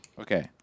Okay